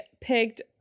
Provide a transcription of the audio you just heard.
picked